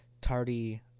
tardy